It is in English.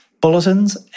bulletins